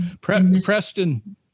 Preston